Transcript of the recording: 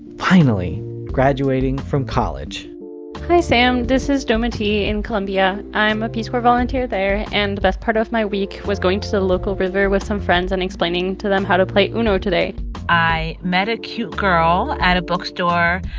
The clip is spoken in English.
finally graduating from college hi, sam. this is doma tee in colombia. i'm a peace corps volunteer there. and the best part of my week was going to the local river with some friends and explaining to them how to play uno today i met a cute girl at a bookstore.